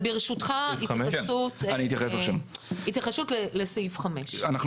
ברשותך, התייחסות לסעיף 5 על